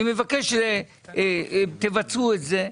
אני מבקש שתבצעו את זה.